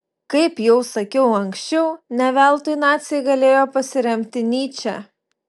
kaip jau sakiau anksčiau ne veltui naciai galėjo pasiremti nyče